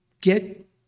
get